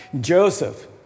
Joseph